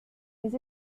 les